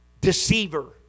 deceiver